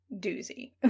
doozy